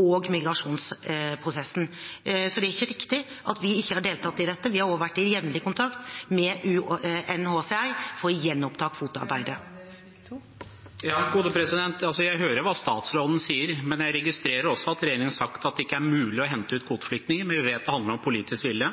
og migrasjonsprosessen. Så det er ikke riktig at vi ikke har deltatt i dette. Vi har også vært i jevnlig kontakt med UNHCR for å gjenoppta kvoteflyktningarbeidet. Jeg hører hva statsråden sier. Jeg registrerer også at regjeringen har sagt at det ikke er mulig å hente ut kvoteflyktninger, men vi vet at det handler om politisk vilje.